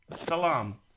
Salam